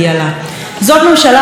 חברות וחברים,